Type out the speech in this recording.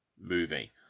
movie